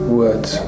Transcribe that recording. words